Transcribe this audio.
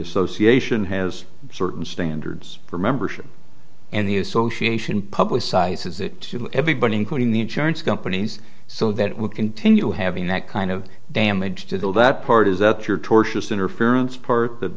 association has certain standards for membership and the association publicizes it to everybody including the insurance companies so that it would continue having that kind of damage to that part is that your tortious interference part that